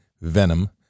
Venom